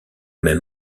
même